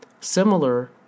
Similar